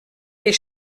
les